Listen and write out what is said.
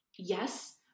Yes